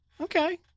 okay